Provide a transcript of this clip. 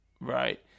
Right